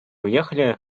уехали